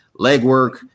legwork